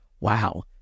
wow